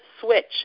switch